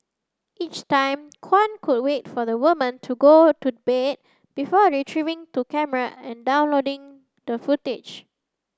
each time Kwan could wait for the woman to go to bed before retrieving to camera and downloading the footage